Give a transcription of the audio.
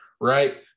right